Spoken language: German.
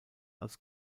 als